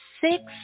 six